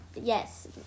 Yes